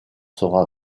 sera